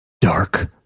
dark